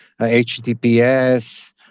HTTPS